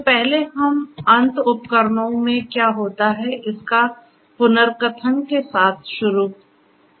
तो पहले हमें अंत उपकरणों मैं क्या होता है इसका पुनर्कथन के साथ शुरू करते हैं